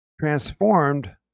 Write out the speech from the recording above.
transformed